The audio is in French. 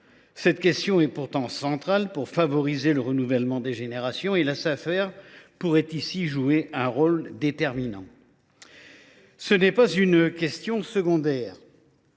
ce texte. Elle est pourtant centrale pour favoriser le renouvellement des générations, et la Safer pourrait ici jouer un rôle déterminant. Ce n’est pas une question secondaire.